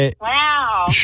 Wow